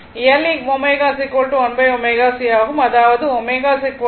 அதாவது ω 1 √L C ω0